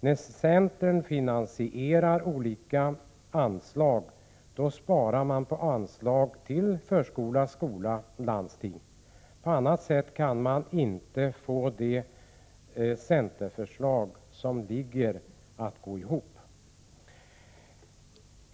När centern finansierar olika anslag, då sparar man på anslag till förskola, skola och landsting. På annat sätt kan man inte få centerförslaget att gå ihop.